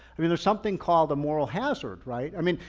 i mean, there's something called a moral hazard, right? i mean,